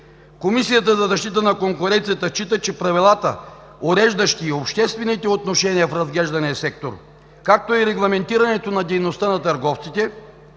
Комисията за защита на конкуренцията счита, че правилата, уреждащи обществените отношения в разглеждания сектор, както и регламентирането на дейността на търговците,